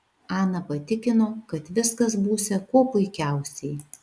ana patikino kad viskas būsią kuo puikiausiai